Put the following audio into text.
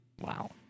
Wow